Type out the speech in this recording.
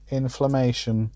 inflammation